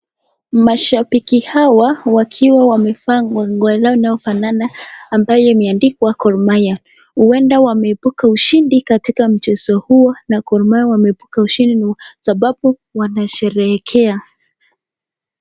Mashabiki hawa wakiwa wamevaa nguo ,nguo yao inayofanana ambayo imeandikwa gormahia , huenda wameepuka ushindi katika mchezo huo na gormahia wameepuka ushindi sababu wanasherehekea.